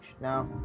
Now